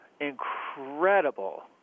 Incredible